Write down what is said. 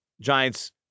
Giants